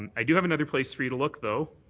and i do have another place for you to look, though,